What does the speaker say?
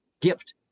gift